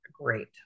great